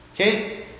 Okay